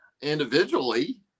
individually